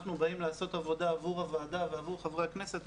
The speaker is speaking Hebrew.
כשאנחנו באים לעשות עבודה עבור הוועדה ועבור חברי הכנסת,